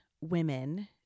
women